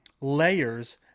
layers